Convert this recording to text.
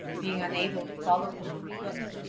being unable to follow him on foot.